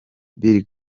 bill